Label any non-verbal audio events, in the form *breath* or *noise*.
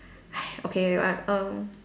*breath* okay uh um